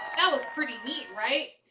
that was pretty neat, right?